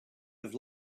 have